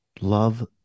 love